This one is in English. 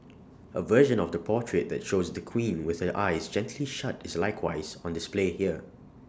A version of the portrait that shows the queen with her eyes gently shut is likewise on display here